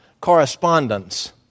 correspondence